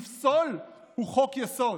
לפסול הוא חוק-יסוד.